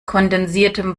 kondensiertem